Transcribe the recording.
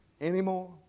anymore